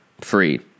free